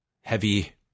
heavy